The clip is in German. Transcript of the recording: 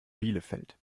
bielefeld